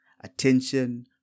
Attention